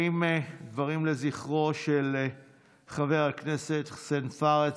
דברים לזכרו של חבר הכנסת לשעבר חסיין פארס,